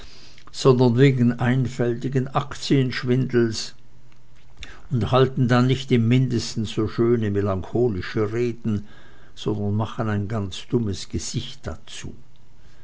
sondern wegen einfältigen aktienschwindels und halten dann nicht im mindesten so schöne melancholische reden sondern machen ein ganz dummes gesicht dazu